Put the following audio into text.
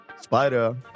Spider